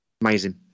amazing